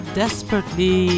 desperately